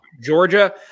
Georgia